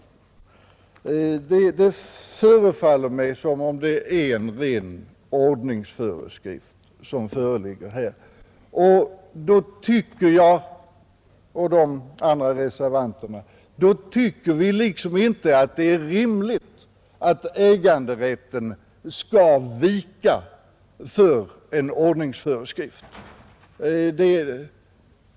Det förefaller mig alltså som om det gäller en ren ordningsföreskrift, och jag och de andra reservanterna tycker inte att det är rimligt att äganderätten skall vika för en ordningsföreskrift.